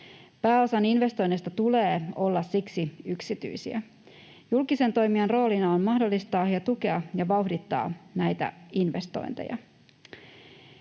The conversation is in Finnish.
Pääosan investoinneista tulee siksi olla yksityisiä. Julkisen toimijan roolina on mahdollistaa ja tukea ja vauhdittaa näitä investointeja.